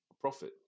profit